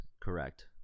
correct